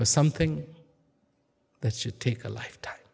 for something that should take a lifetime